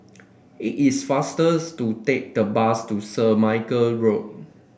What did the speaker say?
it is faster to take the bus to St Michael Road